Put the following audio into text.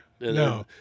No